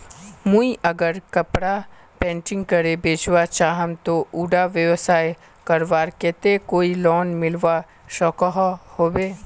मुई अगर कपड़ा पेंटिंग करे बेचवा चाहम ते उडा व्यवसाय करवार केते कोई लोन मिलवा सकोहो होबे?